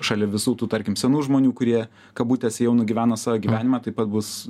šalia visų tų tarkim senų žmonių kurie kabutėse jau nugyveno savo gyvenimą taip pat bus